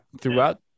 throughout